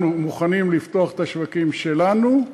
אנחנו מוכנים לפתוח את השווקים שלנו,